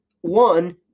one